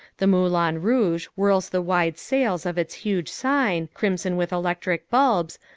the moulin rouge whirls the wide sails of its huge sign, crimson with electric bulbs,